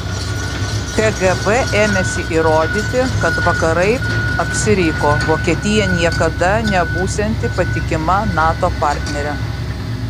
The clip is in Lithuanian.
kgb ėmėsi įrodyti kad vakarai apsiriko vokietija niekada nebūsianti patikima nato partnerė